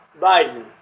Biden